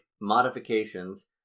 modifications